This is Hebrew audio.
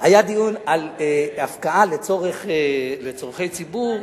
היה דיון על הפקעה לצורכי ציבור,